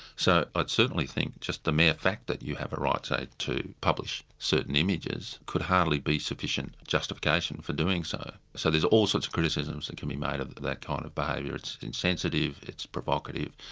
so, i'd certainly think just the mere fact that you have a right say to publish certain images could hardly be sufficient justification for doing so. so there're all sorts of criticisms that can be made of that that kind of behaviour it's insensitive, it's provocative,